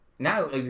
Now